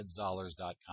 edzollers.com